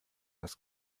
das